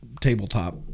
tabletop